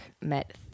met